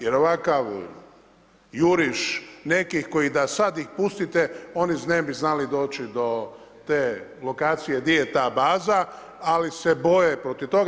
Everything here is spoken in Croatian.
Jer ovakav juriš nekih koji i da sad ih pustite oni ne bi znali doći do te lokacije, di je ta baza, ali se boje protiv toga.